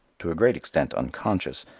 to a great extent unconscious,